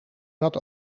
zat